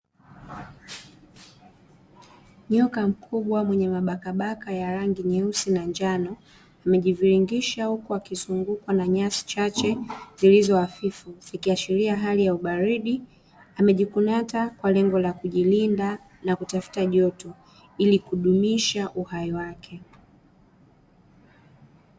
Nyoka mkubwa mwenye mabakabaka ya rangi nyeusi na njano, amejiviringisha huku akizungukwa na nyasi chache zilizo hafifu zikiashiria hali ya ubaridi. Amejikunyata kwa lengo la kujilinda na kutafuta joto ili kudumisha uhai wake.